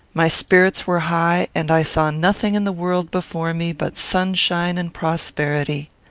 my spirits were high, and i saw nothing in the world before me but sunshine and prosperity.